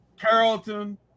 Carrollton